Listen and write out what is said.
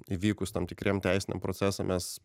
įvykus tam tikriem teisiniam procesam mes